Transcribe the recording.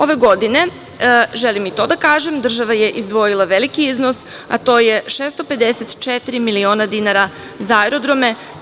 Ove godine, želim i to da kažem, država je izdvojila veliki iznos, a to je 654 miliona dinara za Aerodrome.